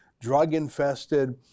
drug-infested